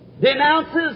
denounces